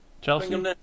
Chelsea